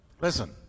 Listen